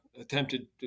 attempted